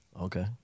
Okay